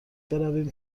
برویم